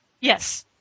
Yes